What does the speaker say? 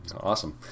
Awesome